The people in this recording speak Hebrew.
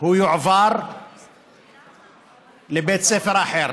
הוא יועבר לבית ספר אחר.